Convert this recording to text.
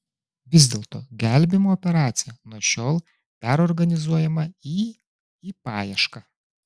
vis dėlto gelbėjimo operacija nuo šiol perorganizuojama į į paiešką